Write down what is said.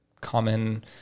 common